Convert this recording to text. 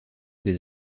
des